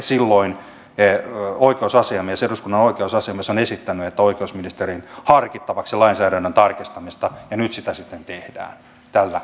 silloin eduskunnan oikeusasiamies on esittänyt oikeusministerin harkittavaksi lainsäädännön tarkistamista ja nyt sitä sitten tehdään tällä evästyksellä